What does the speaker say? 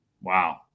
Wow